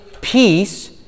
peace